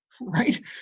right